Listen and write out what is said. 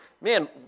man